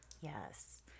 yes